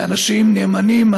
אלה אנשים נאמנים,